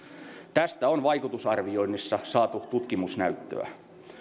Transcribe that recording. tästä on vaikutusarvioinnissa saatu tutkimusnäyttöä